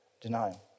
denial